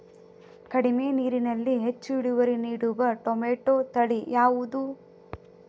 ಕಡಿಮೆ ನೀರಿನಲ್ಲಿ ಹೆಚ್ಚು ಇಳುವರಿ ನೀಡುವ ಟೊಮ್ಯಾಟೋ ತಳಿ ಯಾವುದು?